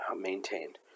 maintained